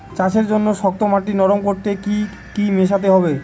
চাষের জন্য শক্ত মাটি নরম করতে কি কি মেশাতে হবে?